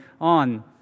on